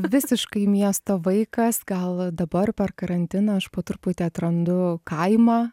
visiškai miesto vaikas gal dabar per karantiną aš po truputį atrandu kaimą